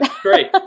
Great